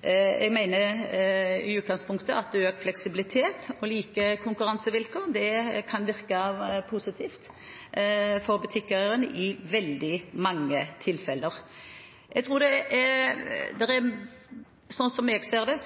Jeg mener i utgangspunktet at økt fleksibilitet og like konkurransevilkår kan virke positivt for butikkeierne i veldig mange tilfeller. Slik som jeg ser det,